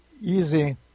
easy